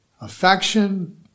affection